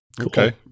Okay